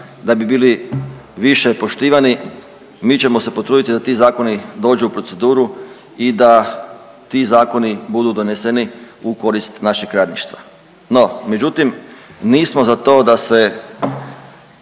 da bi bili više poštivani mi ćemo se potruditi da ti zakoni dođu u proceduru i da ti zakoni budu doneseni u korist našeg radništva. No, međutim nismo za to da se